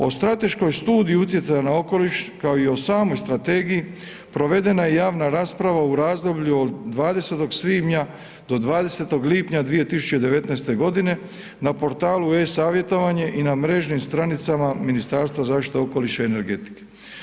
O strateškoj studiji utjecaja na okoliš, kao i o samoj strategiji, provedena je javna rasprava u razdoblju od 20. svibnja do 20. lipnja 2019.g. na portalu e-savjetovanje i na mrežnim stranicama Ministarstva zaštite okoliša i energetike.